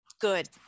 Good